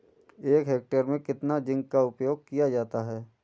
एक हेक्टेयर में कितना जिंक का उपयोग किया जाता है?